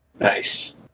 Nice